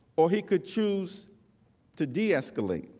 ah he could choose to de-escalate.